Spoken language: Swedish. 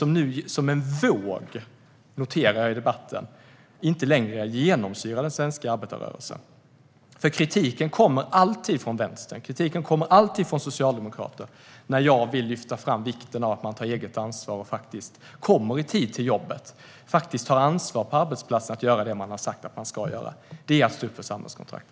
Men jag noterar i debatten att de inte längre genomsyrar samma arbetarrörelse. Kritiken kommer nämligen alltid från vänster. Kritiken kommer alltid från Socialdemokraterna när jag lyfter fram vikten av att man tar eget ansvar och faktiskt kommer i tid till jobbet och gör det man har sagt att man ska göra. Det är att stå upp för samhällskontraktet.